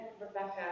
Rebecca